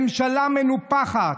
ממשלה מנופחת.